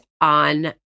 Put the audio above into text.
on